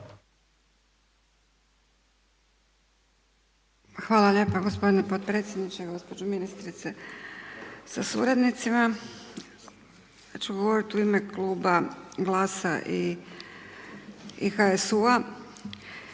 Hvala lijepa gospodine potpredsjedniče. Gospođo ministrice sa suradnicima. Ja ću govoriti u ime kluba GLAS-a i HSU-a